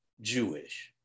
Jewish